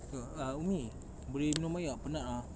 err ah umi boleh minum air tak penat ah